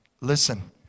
listen